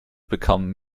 bekamen